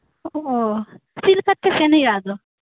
ᱚ ᱪᱮᱫ ᱞᱮᱠᱟᱛᱮ ᱥᱮᱱ ᱦᱳᱭᱳᱜᱼᱟ ᱟᱫᱚ